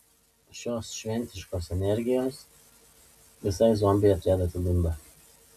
šios šventiškos energijos visai zombiai atrieda atidunda